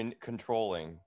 controlling